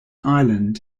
island